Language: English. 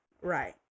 Right